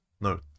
no